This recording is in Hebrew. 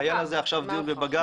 היה על זה עכשיו דיון בבג"צ.